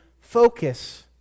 focus